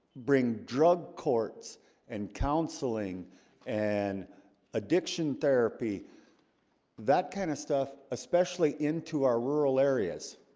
bring drug courts and counseling and addiction therapy that kind of stuff especially into our rural areas